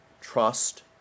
trust